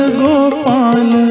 gopal